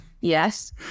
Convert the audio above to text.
Yes